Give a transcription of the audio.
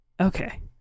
Okay